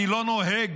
אני לא נוהג